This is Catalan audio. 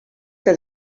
que